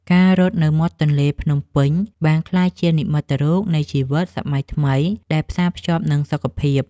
ការរត់នៅមាត់ទន្លេភ្នំពេញបានក្លាយជានិមិត្តរូបនៃជីវិតសម័យថ្មីដែលផ្សារភ្ជាប់នឹងសុខភាព។